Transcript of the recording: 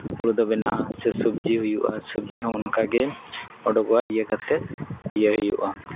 ᱦᱳᱲᱳ ᱫᱚ ᱵᱮᱱᱟᱜᱼᱟ ᱥᱮ ᱥᱚᱵᱽᱡᱤ ᱫᱚ ᱦᱩᱭᱩᱜᱼᱟ ᱥᱚᱵᱽᱡᱤ ᱦᱚᱸ ᱚᱱᱠᱟᱜᱮ ᱚᱰᱳᱜᱚᱜᱼᱟ ᱤᱭᱟᱹ ᱠᱟᱛᱮᱫ ᱤᱭᱟᱹ ᱦᱩᱭᱩᱜᱼᱟ